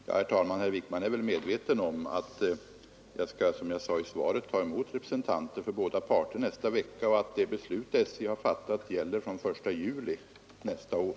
Herr talman! Herr Wijkman är väl medveten om att jag, som jag sade i mitt svar, skall ta emot representanter för båda parter nästa vecka och att det beslut SJ har fattat gäller från den 1 juli nästa år.